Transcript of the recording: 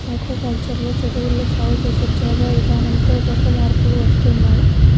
aquaculture లో చెరువుల్లో సాగు చేసే చేపల విధానంతో కొత్త మార్పులు వస్తున్నాయ్